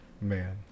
Man